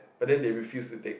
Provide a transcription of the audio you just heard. but then they refuse to take